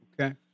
Okay